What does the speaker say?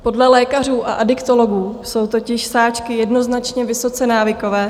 Podle lékařů a adiktologů jsou totiž sáčky jednoznačně vysoce návykové.